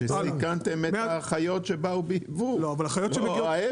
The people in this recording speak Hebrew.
שסיכנתם את החיות שבאו לא ההפיך.